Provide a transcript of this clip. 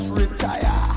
retire